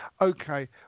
okay